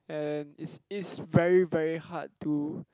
and is is very very hard to